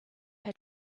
her